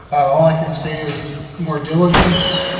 all i can say is more diligence,